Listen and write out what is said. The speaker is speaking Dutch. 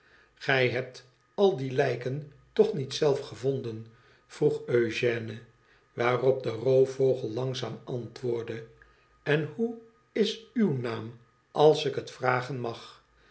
gij hebt al die lijken toch niet zelf gevonden v vroeg eugéne waarop de roofvogel langzaam antwoordde n hoe is uw naam als ik het vragen mag